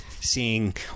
seeing